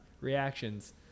reactions